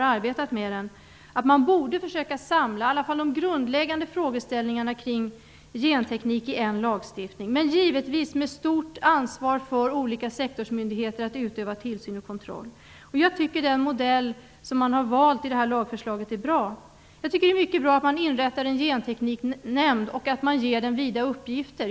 Man borde åtminstone försöka samla de grundläggande frågeställningarna kring genteknik i en lagstiftning. Givetvis skall olika sektorsmyndigheter ha stort ansvar för att utöva tillsyn och kontroll. Jag tycker att den modell man har valt i detta lagförslag är bra. Jag tycker att det är mycket bra att man inrättar en gentekniknämnd och att man ger den vida uppgifter.